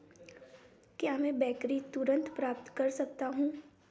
क्या मैं बेकरी तुरंत प्राप्त कर सकता हूँ